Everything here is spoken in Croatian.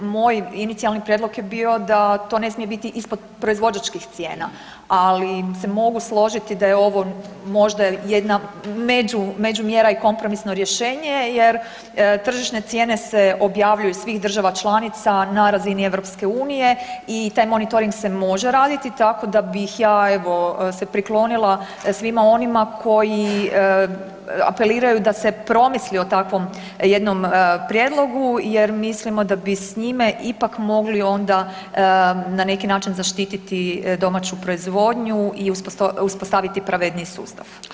Moj inicijalni prijedlog je bio da to ne smije biti ispod proizvođačkih cijena, ali se mogu složiti da je ovo možda jedna među, međumjera i kompromisno rješenje jer tržišne cijene se objavljuju svih država članica na razini EU i taj monitoring se može raditi tako da bih ja evo se priklonila svima onima koji apeliraju da se promisli o takvom jednom prijedlogu jer mislimo da bi s njime ipak mogli onda na neki način zaštiti domaću proizvodnju i uspostaviti pravedniji sustav.